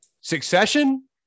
Succession